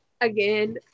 again